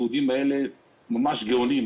היהודים האלה ממש גאונים.